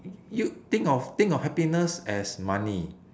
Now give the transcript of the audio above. y~ you think of think of happiness as money